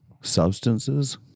substances